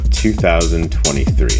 2023